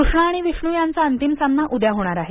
कृष्णा आणि विष्णू यांचा अंतिम सामना उद्या होणार आहे